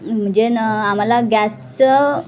म्हणजे न आम्हाला गॅसचं